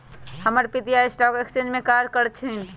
हमर पितिया stock exchange में काज करइ छिन्ह